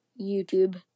YouTube